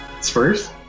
Spurs